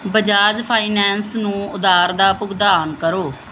Bajaj Finance ਨੂੰ ਉਧਾਰ ਦਾ ਭੁਗਤਾਨ ਕਰੋ